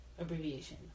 abbreviation